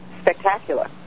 spectacular